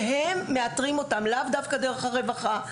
שהם מאתרים אותם לאו דווקא דרך הרווחה.